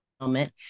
moment